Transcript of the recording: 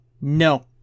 no